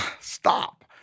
stop